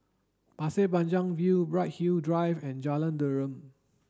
Pasir Panjang View Bright Hill Drive and Jalan Derum